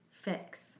fix